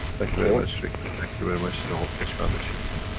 thank you very much rick, and thank you very much the whole keshe foundation team.